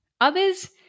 Others